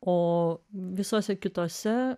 o visose kitose